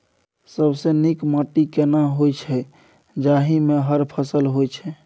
सबसे नीक माटी केना होय छै, जाहि मे हर फसल होय छै?